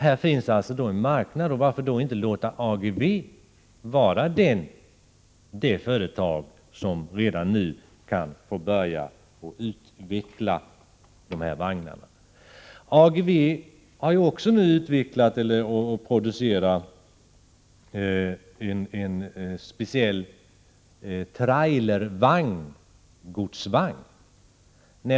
Här finns alltså en marknad, och varför då inte låta AGEVE vara det företag som redan nu kan få börja utveckla de här vagnarna? AGEVE har även utvecklat och producerar en speciell trailergodsvagn.